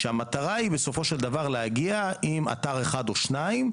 כשהמטרה היא בסופו של דבר להגיע עם אתר אחד או שניים,